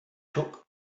took